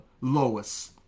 Lois